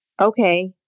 okay